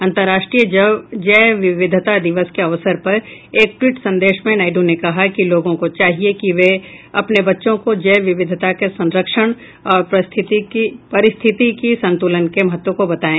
अंतर्राष्ट्रीय जैव विविधता दिवस के अवसर पर एक ट्वीट संदेश में नायडू ने कहा कि लोगों को चाहिए कि वे अपने बच्चों को जैव विविधता के संरक्षण और पारिस्थितिकी संतुलन के महत्व को बताएं